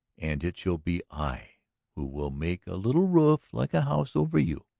and it shall be i who will make a little roof like a house over you.